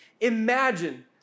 Imagine